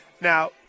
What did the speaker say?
Now